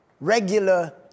regular